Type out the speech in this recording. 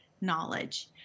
knowledge